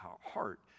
heart